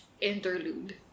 interlude